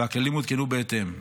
והכלים עודכנו בהתאם.